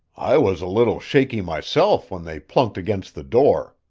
i was a little shaky myself, when they plunked against the door,